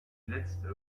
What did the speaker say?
letzte